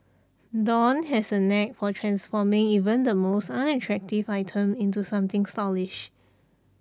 dawn has a knack for transforming even the most unattractive item into something stylish